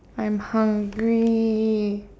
I'm hungry